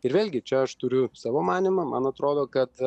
ir vėlgi čia aš turiu savo manymą man atrodo kad